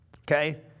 okay